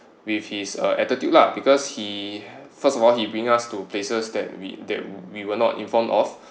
with his uh attitude lah because he first of all he bring us to places that we that we were not informed of